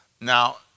Now